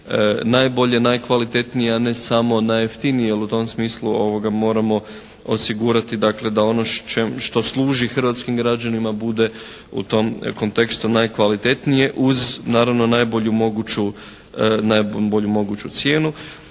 najbolje, najkvalitetnija, a ne samo najjeftinije, jer u tom smislu moramo osigurati dakle da ono što služi hrvatskim građanima bude u tom kontekstu najkvalitetnije uz naravno najbolju moguću cijenu.